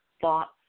thoughts